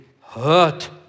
hurt